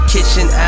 Kitchen